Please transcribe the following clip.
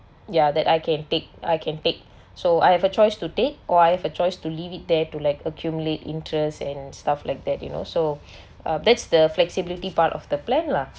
ya that I can take I can take so I have a choice to take or I have a choice to leave it there to like accumulate interest and stuff like that you know so uh that's the flexibility part of the plan lah